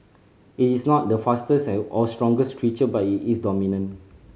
it is not the fastest or strongest creature but it is dominant